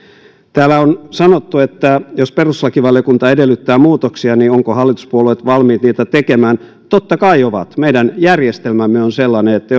täällä on sanottu että jos perustuslakivaliokunta edellyttää muutoksia ovatko hallituspuolueet valmiit niitä tekemään totta kai ovat meidän järjestelmämme on sellainen että